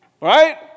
right